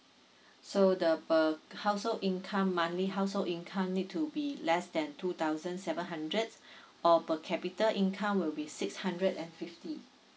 so the per household income monthly household income need to be less than two thousand seven hundred or per capita income will be six hundred and fifty